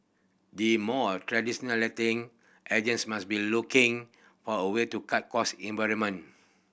the more traditional letting agents must be looking for a way to cut cost in environment